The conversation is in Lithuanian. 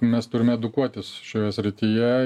mes turim edukuotis šioje srityje